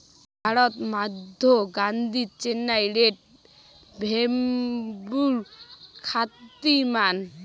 ভ্যাড়াত মধ্যি গাদ্দি, চেন্নাই রেড, ভেম্বুর খ্যাতিমান